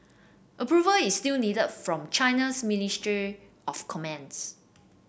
approval is still needed from China's ministry of commerce